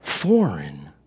foreign